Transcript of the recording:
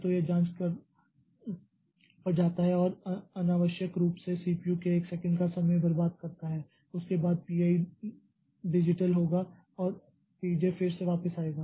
तो यह जाँच पर जाता है और अनावश्यक रूप से सीपीयू के 1 सेकंड का समय बर्बाद करता है उसके बाद P i डिजिटल होगा और P j फिर से वापस आएगा